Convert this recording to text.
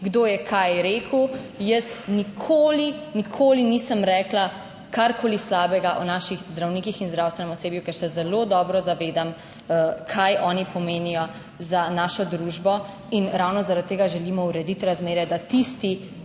kdo je kaj rekel. Jaz nikoli, nikoli nisem rekla karkoli slabega o naših zdravnikih in zdravstvenem osebju, ker se zelo dobro zavedam, kaj oni pomenijo za našo družbo in ravno zaradi tega želimo urediti razmere, da tisti,